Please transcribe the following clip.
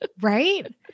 Right